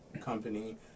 company